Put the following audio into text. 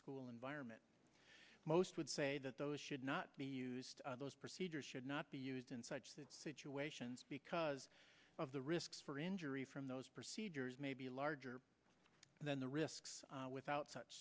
school environment most would say that those should not be used those procedures should not be used in such situations because of the risks for injury from those procedures may be larger than the risks without such